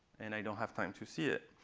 and i don't have time to see it.